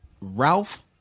Ralph